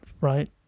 right